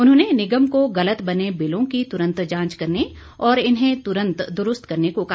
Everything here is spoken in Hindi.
उन्होंने निगम को गलत बने बिलों की तुरंत जांच करने और इन्हें तुरंत दुरूस्त करने को कहा